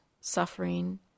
suffering